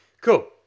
Cool